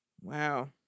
wow